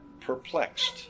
perplexed